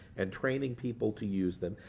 and training people to use them.